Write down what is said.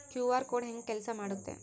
QR code ಹೆಂಗ ಕೆಲಸ ಮಾಡುತ್ತೆ?